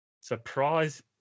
surprise